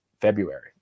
February